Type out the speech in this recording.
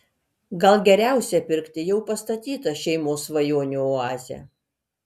gal geriausia pirkti jau pastatytą šeimos svajonių oazę